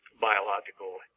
biological